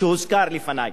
מה שהוזכר לפני.